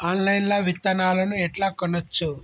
Online లా విత్తనాలను ఎట్లా కొనచ్చు?